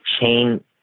chain